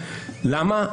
למה?